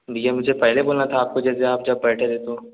भईया मुझे पहले बोलना था आपको जैसे आप जब बैठे रहे तो